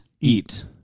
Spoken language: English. eat